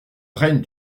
règne